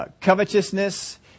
covetousness